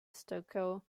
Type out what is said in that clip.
stucco